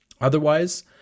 Otherwise